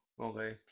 Okay